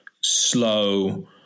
slow